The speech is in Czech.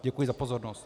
Děkuji za pozornost.